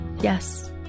Yes